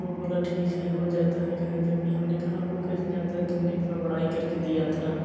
तो वो बोला ठीक है हो जाता है कभी कभी हमने कहा हो कैसे जाता है तुमने इतना बढ़ाई करके दिया था